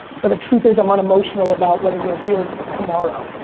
but the truth is i'm unemotional about whether they're here tomorrow.